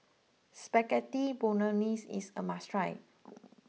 Spaghetti Bolognese is a must try